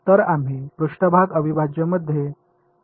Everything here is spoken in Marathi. तर आम्ही पृष्ठभाग अविभाज्य मध्ये टीएम ध्रुवीकरण करीत होतो